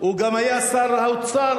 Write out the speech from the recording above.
הוא גם היה שר האוצר,